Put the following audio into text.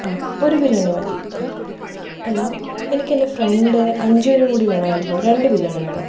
ആ ഒര് ബിരിയാണി മതി അല്ല എനിക്കെൻ്റെ ഫ്രണ്ട് അഞ്ചുവിനും കൂടി വേണമായിരുന്നു രണ്ട് ബിരിയാണി വേണം